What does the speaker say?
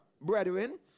brethren